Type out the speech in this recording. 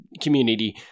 community